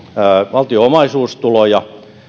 valtion omaisuustuloja